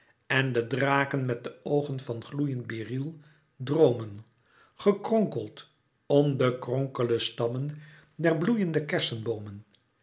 en de draken met de oogen van gloeiend beryl droomen gekronkeld om de kronkele stammen der bloeiende kerseboomen